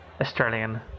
Australian